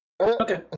Okay